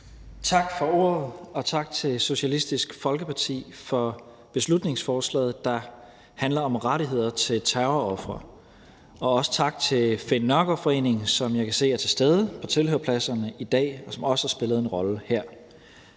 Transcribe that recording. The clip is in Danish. Tak for ordet, og tak til Socialistisk Folkeparti for beslutningsforslaget, der handler om rettigheder for terrorofre, og også tak til Finn Nørgaard Foreningen, som jeg kan se er til stede på tilhørerpladserne i dag, og som også har spillet en rolle her.